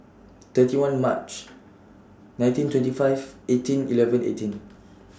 thirty one March nineteen twenty five eighteen eleven eighteen